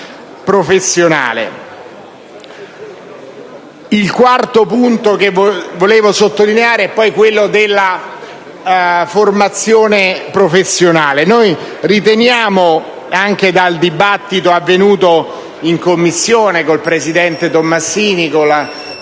Il quarto punto che volevo sottolineare è quello della formazione professionale. Noi riteniamo, anche dal dibattito avvenuto in Commissione con il presidente Tomassini e con la